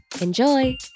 Enjoy